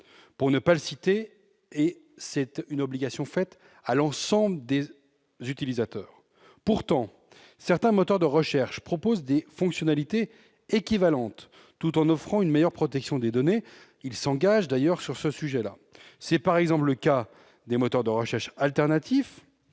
pour ne pas le citer. C'est une obligation faite à l'ensemble des utilisateurs. Pourtant, certains moteurs de recherche proposent des fonctionnalités équivalentes tout en offrant une meilleure protection des données. Ils s'engagent d'ailleurs sur ce sujet. C'est par exemple le cas des moteurs de recherche alternatifs,